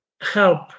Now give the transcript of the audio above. help